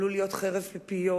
עלול להיות חרב פיפיות,